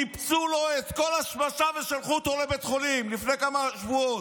ניפצו לו את כל השמשה ושלחו אותו לבית חולים לפני כמה שבועות.